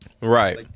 Right